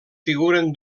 figuren